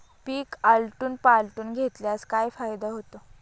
पीक आलटून पालटून घेतल्यास काय फायदा होतो?